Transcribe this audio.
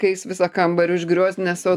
kai jis visą kambarį užgriozdinęs o